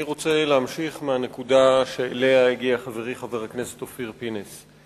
אני רוצה להמשיך מהנקודה שאליה הגיע חברי חבר הכנסת אופיר פינס.